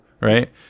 right